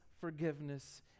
forgiveness